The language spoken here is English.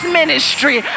ministry